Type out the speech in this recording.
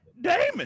Damon